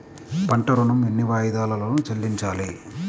పంట ఋణం ఎన్ని వాయిదాలలో చెల్లించాలి?